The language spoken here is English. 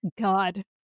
God